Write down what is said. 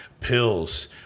pills